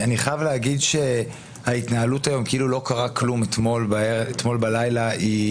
אני חייב להגיד שההתנהלות היום כאילו לא קרה כלום אתמול בלילה היא